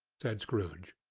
said scrooge.